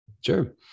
Sure